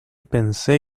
pensé